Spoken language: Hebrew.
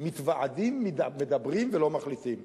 מתוועדים, מדברים ולא מחליטים.